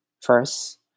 first